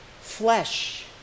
flesh